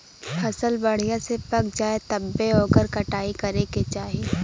फसल बढ़िया से पक जाये तब्बे ओकर कटाई करे के चाही